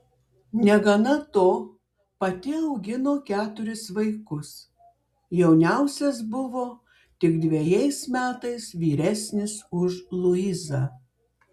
negana to pati augino keturis vaikus jauniausias buvo tik dvejais metais vyresnis už luizą